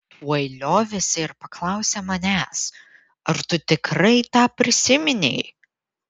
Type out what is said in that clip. tuoj liovėsi ir paklausė manęs ar tu tikrai tą prisiminei